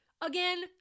again